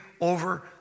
over